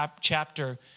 chapter